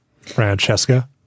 Francesca